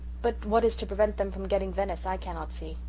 but what is to prevent them from getting venice i cannot see.